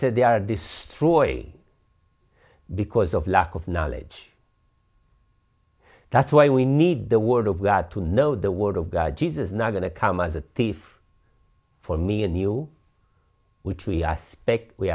said they are destroying because of lack of knowledge that's why we need the word of god to know the word of god jesus now going to come as a thief for me and you which we are suspect we